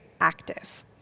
active